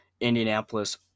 indianapolis